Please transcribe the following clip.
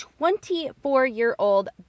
24-year-old